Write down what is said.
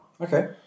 Okay